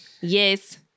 Yes